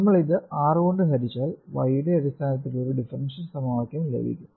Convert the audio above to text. നമ്മൾ ഇത് R കൊണ്ട് ഹരിച്ചാൽ y യുടെ അടിസ്ഥാനത്തിൽ ഒരു ഡിഫറൻഷ്യൽ സമവാക്യം ലഭിക്കും